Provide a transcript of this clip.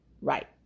right